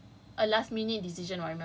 ya luckily luckily I got